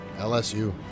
LSU